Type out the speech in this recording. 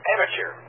Amateur